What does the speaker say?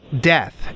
death